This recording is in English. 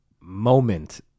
moment